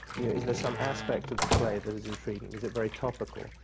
you know, is there some aspect of the play that is intriguing? is it very topical?